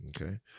okay